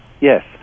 Yes